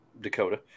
Dakota